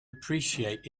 appreciate